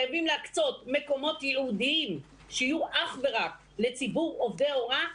חייבים להקצות מקומות ייעודיים שיהיו אך ורק לציבור עובדי ההוראה.